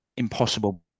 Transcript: impossible